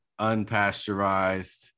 unpasteurized